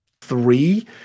three